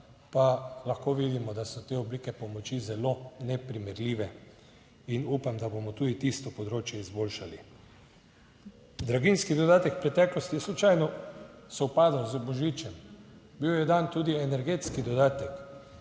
pa lahko vidimo, da so te oblike pomoči zelo neprimerljive in upam, da bomo tudi tisto, področje, izboljšali. Draginjski dodatek v preteklosti je slučajno sovpadel z božičem, bil je dan tudi energetski dodatek,